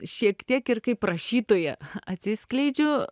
šiek tiek ir kaip rašytoja atsiskleidžiu